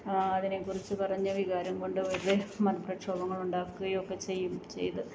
അതിനെക്കുറിച്ച് പറഞ്ഞ് വികാരം കൊണ്ട് വെറുതെ മറ്റ് പ്രക്ഷോഭങ്ങൾ ഉണ്ടാക്കുകയൊക്കെ ചെയ്യും ചെയ്ത്